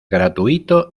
gratuito